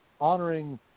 honoring